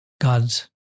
God's